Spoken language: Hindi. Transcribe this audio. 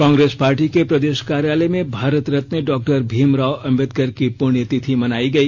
कांग्रेस पार्टी के प्रदेश कार्यालय में भारत रत्न डॉ भीमराव अंबेडकर की पुण्यतिथि मनाई गई